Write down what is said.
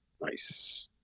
Nice